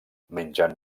mengen